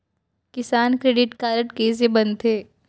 किसान credit card कइसे बनथे?